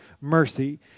mercy